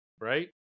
right